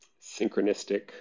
synchronistic